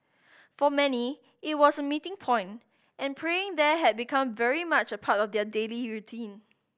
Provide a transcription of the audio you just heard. for many it was a meeting point and praying there had become very much a part of their daily routine